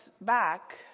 back